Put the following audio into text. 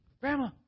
Grandma